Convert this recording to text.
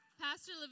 Pastor